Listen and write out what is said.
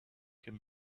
can